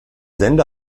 sende